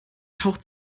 taucht